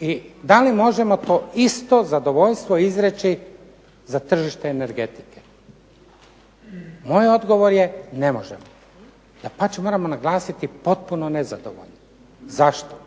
i da li možemo to isto zadovoljstvo izreći za tržište energetike. Moj odgovor je ne može. Dapače moramo naglasiti potpuno nezadovoljno. Zašto?